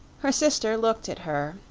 her sister looked at her,